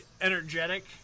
energetic